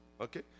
okay